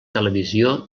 televisió